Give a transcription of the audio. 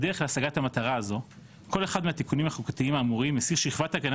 בדרך להשגת המטרה הזו כל אחד מהתיקונים החוקתיים האמורים מסיר שכבת הגנה